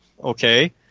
Okay